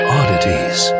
oddities